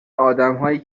آدمایی